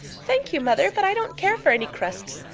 thank you, mother, but i don't care for any crusts.